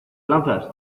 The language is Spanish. lanzas